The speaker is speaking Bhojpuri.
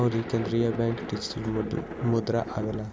अउरी केंद्रीय बैंक डिजिटल मुद्रा आवेला